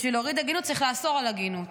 בשביל להוריד עגינות צריך לאסור על עגינות.